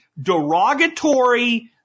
derogatory